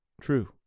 true